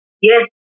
yes